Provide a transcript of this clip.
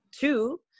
Two